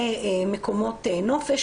במקומות נופש,